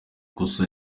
gusa